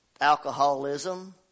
alcoholism